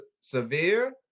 Severe